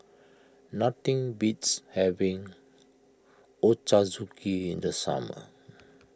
nothing beats having Ochazuke in the summer